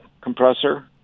compressor